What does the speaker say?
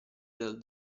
del